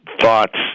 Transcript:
thoughts